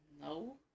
No